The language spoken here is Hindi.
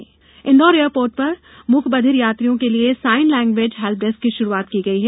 एयरपोर्ट इंदौर एयरपोर्ट पर मूक बधिर यात्रियों के लिए साइन लैंग्वेज हेल्पडेस्क की श्रुआत की गई है